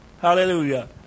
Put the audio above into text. Hallelujah